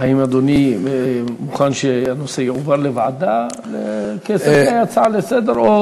האם אדוני מוכן שהנושא יועבר לוועדה כהצעה לסדר-יום,